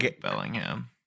Bellingham